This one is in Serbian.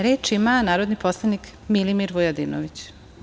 Reč ima narodni poslanik Milimir Vujadinović.